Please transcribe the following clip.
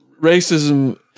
racism